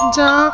ਜਾਂ